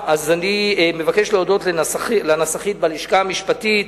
אני מבקש להודות לנסחית בלשכה המשפטית,